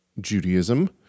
Judaism